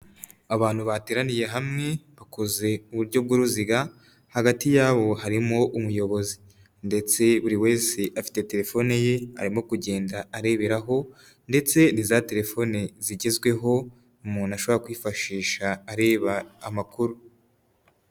Abantu bateraniye hamwe bakoze uburyo b'uruziga, hagati yabo harimo umuyobozi ndetse buri wese afite terefone ye arimo kugenda areberaho ndetse ni za terefone zigezweho umuntu ashobora kwifashisha areba amakuru.